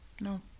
No